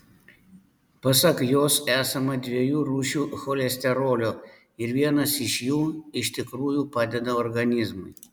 pasak jos esama dviejų rūšių cholesterolio ir vienas iš jų iš tikrųjų padeda organizmui